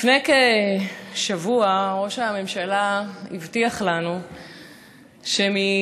לפני כשבוע ראש הממשלה הבטיח לנו שמכל